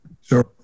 Sure